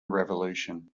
revolution